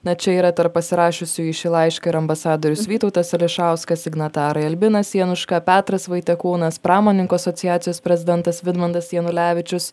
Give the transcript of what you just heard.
na čia yra tarp pasirašiusiųjų šį laišką ir ambasadorius vytautas ališauskas signatarai albinas januška petras vaitekūnas pramonininkų asociacijos prezidentas vidmantas janulevičius